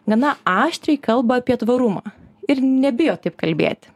gana aštriai kalba apie tvarumą ir nebijo taip kalbėti